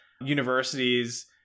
universities